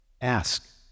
Ask